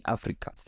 Africa